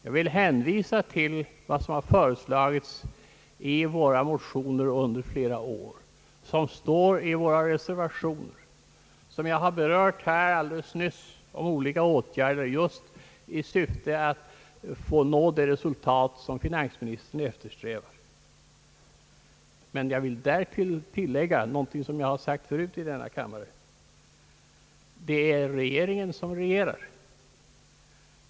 Jag vill hänvisa till det som vi föreslagit i våra motioner under flera år, som står i våra reservationer och som jag delvis har berört alldeles nyss; olika åtgärder just i syfte att nå det resultat som finansministern eftersträvar. Men jag vill tilllägga någonting som jag har sagt förut i denna kammare: Det är regeringen som regerar.